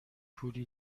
پولی